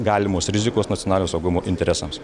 galimos rizikos nacionalinio saugumo interesams